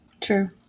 True